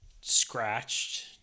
scratched